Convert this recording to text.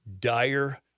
dire